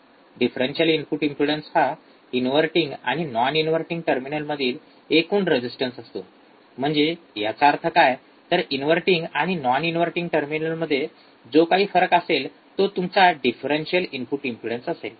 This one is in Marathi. डिफरेन्शिअल इनपुट इम्पेडन्स हा इनव्हर्टिंग आणि नॉन इनव्हर्टिंग टर्मिनलमधील एकूण रेजिस्टन्स असतो म्हणजे याचा अर्थ काय तर इनव्हर्टिंग आणि नॉन इनव्हर्टिंग टर्मिनलमध्ये जो काही फरक असेल तो तुमचा डिफरेन्शिअल इनपुट इम्पेडन्स असेल